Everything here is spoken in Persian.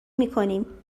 میکنیم